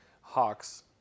Hawks